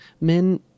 men